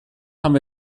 haben